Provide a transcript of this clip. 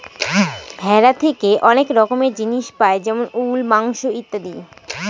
ভেড়া থেকে অনেক রকমের জিনিস পাই যেমন উল, মাংস ইত্যাদি